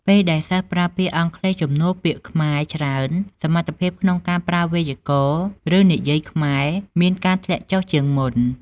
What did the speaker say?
ពេលដែលសិស្សប្រើពាក្យអង់គ្លេសជំនួសពាក្យខ្មែរច្រើន សមត្ថភាពក្នុងការប្រើវេយ្យាករណ៍ឫនិយាយខ្មែរមានការធ្លាក់ចុះជាងមុន។